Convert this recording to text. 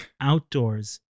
outdoors